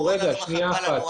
הקורונה לא מחכה לנו.